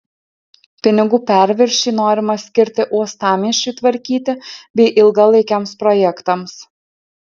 pinigų perviršį norima skirti uostamiesčiui tvarkyti bei ilgalaikiams projektams